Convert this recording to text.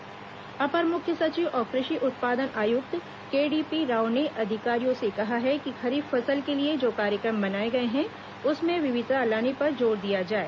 कृषि आयुक्त समीक्षा अपर मुख्य सचिव और कृषि उत्पादन आयुक्त केडीपी राव ने अधिकारियों से कहा है कि खरीफ फसल के लिए जो कार्यक्रम बनाए गए हैं उसमें विविधता लाने पर जोर दिया जाए